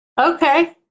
okay